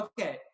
okay